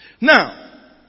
Now